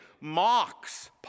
mocks